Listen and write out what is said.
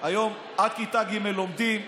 שהיום עד כיתה ג' לומדים,